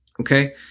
Okay